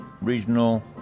regional